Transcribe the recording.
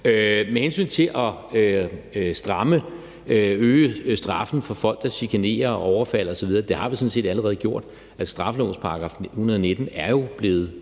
Med hensyn til at øge straffen for folk, der chikanerer og overfalder osv., vil jeg sige, at det har vi sådan set allerede gjort. Straffelovens § 119 er jo blevet